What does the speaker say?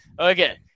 Okay